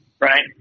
right